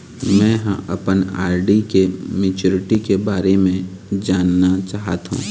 में ह अपन आर.डी के मैच्युरिटी के बारे में जानना चाहथों